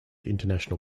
international